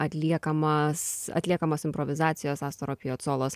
atliekamas atliekamos improvizacijos astoro piocolos